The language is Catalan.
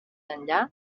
enllà